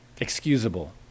excusable